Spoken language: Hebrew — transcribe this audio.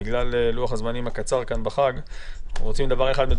בגלל לוח הזמנים הקצר כאן בחג: האם